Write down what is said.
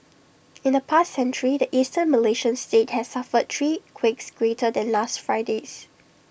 in the past century the Eastern Malaysian state has suffered three quakes greater than last Friday's